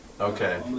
okay